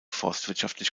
forstwirtschaftlich